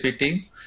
team